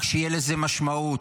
רק שתהיה לזה משמעות,